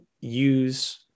use